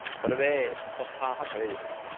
सर्वे स्वस्थाः भवेयुः